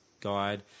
guide